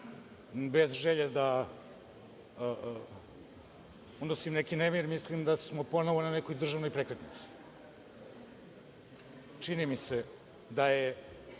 bez želje da unosim neki nemir, mislim da smo ponovo na nekoj državnoj prekretnici. Čini mi se da je